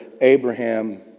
Abraham